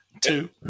Two